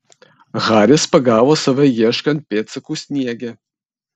haris pagavo save ieškant pėdsakų sniege